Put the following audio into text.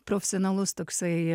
profesionalus toksai